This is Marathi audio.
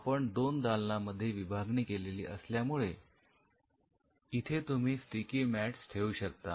आपण दोन दालनांमध्ये विभागणी केलेली असल्यामुळे इथे तुम्ही स्टिकी मॅटस ठेवू शकता